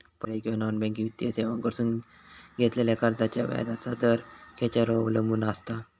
पर्यायी किंवा non banking वित्तीय सेवांकडसून घेतलेल्या कर्जाचो व्याजाचा दर खेच्यार अवलंबून आसता?